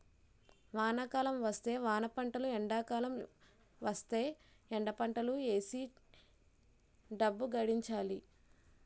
వానాకాలం వస్తే వానపంటలు ఎండాకాలం వస్తేయ్ ఎండపంటలు ఏసీ డబ్బు గడించాలి